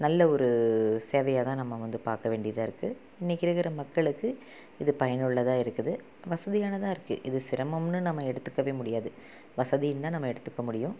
நல்ல ஒரு சேவையாக தான் நம்ம வந்து பார்க்க வேண்டியதாக இருக்குது இன்றைக்கு இருக்கிற மக்களுக்கு இது பயனுள்ளதாக இருக்குது வசதியானதாக இருக்குது இது சிரமம்னு நம்ம எடுத்துக்கவே முடியாது வசதினு தான் நம்ம எடுத்துக்க முடியும்